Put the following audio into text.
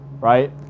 right